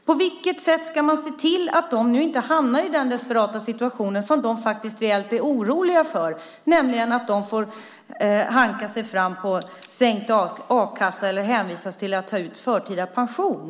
På vilket sätt ska man se till att de nu inte hamnar i den desperata situation som de reellt är oroliga för, nämligen att de får hanka sig fram på sänkt a-kassa eller hänvisas till att ta ut förtida pension?